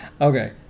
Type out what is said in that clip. Okay